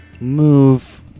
move